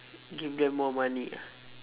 give them more money ah